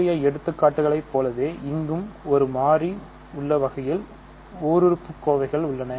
முந்தைய எடுத்துக்காட்டுகளை போலவே இங்கும் ஒரு மாறி உள்ள வகையில் ஓர் உறுப்புகோவைகள் உள்ளன